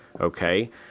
Okay